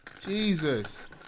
Jesus